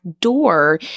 door